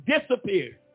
disappeared